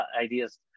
ideas